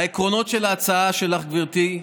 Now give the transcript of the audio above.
העקרונות של ההצעה שלך, גברתי,